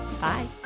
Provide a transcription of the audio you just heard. Bye